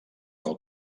del